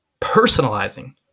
personalizing